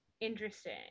Interesting